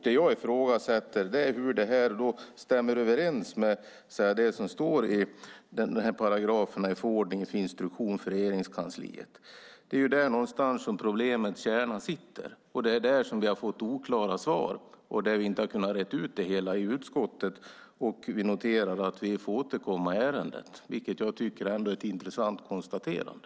Det jag ifrågasätter är hur detta stämmer överens med det som står i paragraferna i förordningen till instruktion för Regeringskansliet. Det är någonstans där problemets kärna sitter, och det är där vi har fått oklara svar och inte kunnat reda ut det hela i utskottet. Vi noterar att vi får återkomma i ärendet, vilket jag ändå tycker är ett intressant konstaterande.